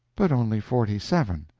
but only forty-seven!